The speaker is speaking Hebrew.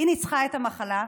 היא ניצחה את המחלה,